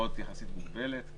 שעות יחסית מוגבלת.